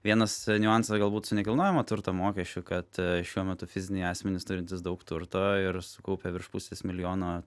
vienas niuansas galbūt su nekilnojamo turto mokesčiu kad šiuo metu fiziniai asmenys turintys daug turto ir sukaupę virš pusės milijono